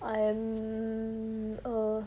I am err